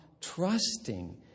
trusting